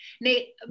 Nate